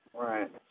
Right